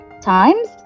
times